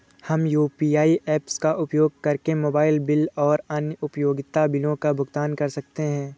हम UPI apps का उपयोग करके मोबाइल बिल और अन्य उपयोगिता बिलों का भुगतान कर सकते हैं